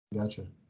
Gotcha